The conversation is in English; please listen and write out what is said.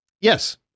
yes